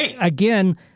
again